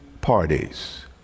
parties